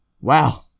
Wow